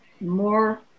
more